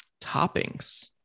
toppings